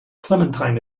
clementine